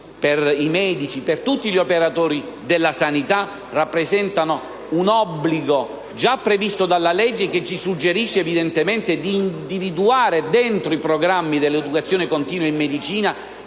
per i medici e per tutti gli operatori della sanità rappresentano un obbligo già previsto dalla legge, che ci suggerisce evidentemente di individuare, all'interno dei programmi dell'educazione continua in medicina,